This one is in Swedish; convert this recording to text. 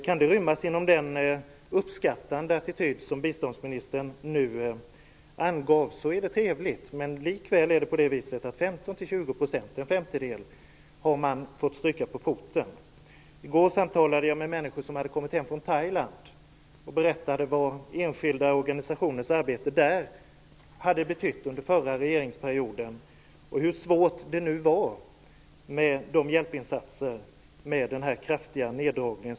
Kan detta rymmas inom den uppskattande attityd som biståndsministern nu angav är det trevligt, men likväl är det 15 till 20 %, en femtedel, som har försvunnit. I går samtalade jag med människor som hade kommit hem från Thailand. De berättade vad enskilda organisationers arbete där hade betytt under den förra regeringsperioden och hur svårt det nu var med hjälpinsatser efter den här kraftiga neddragningen.